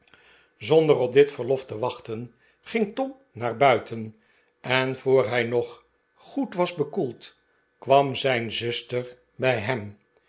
zonder op dit verlof te wachten ging tom naar buiten en voor hij nog goed was bekoeld kwam zijn zuster bij hem